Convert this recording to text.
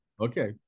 Okay